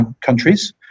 countries